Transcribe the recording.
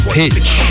pitch